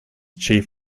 chief